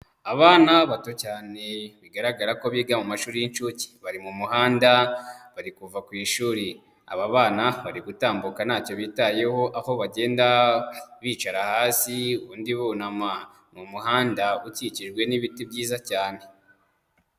Abana bato cyane bigaragara ko biga mu mashuri y'incuke, bari mu muhanda bari kuva ku ishuri, aba bana bari gutambuka ntacyo bitayeho, aho bagenda bicara hasi ubundi bunama, ni umuhanda ukikijwe n'ibiti byiza cyane.